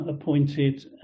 appointed